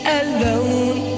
alone